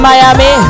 Miami